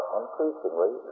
increasingly